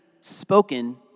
spoken